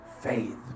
faith